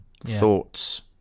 Thoughts